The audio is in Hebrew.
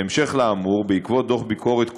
בהמשך לאמור, בעקבות דוח ביקורת קודם,